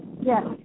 Yes